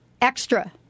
extra